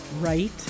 right